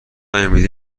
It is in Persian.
امیلی